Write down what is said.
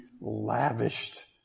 lavished